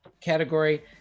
category